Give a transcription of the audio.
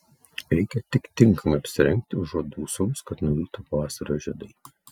reikia tik tinkamai apsirengti užuot dūsavus kad nuvyto pavasario žiedai